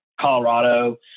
Colorado